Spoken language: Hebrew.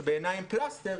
שבעיניי הם פלסטר,